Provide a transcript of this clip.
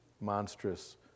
monstrous